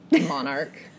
monarch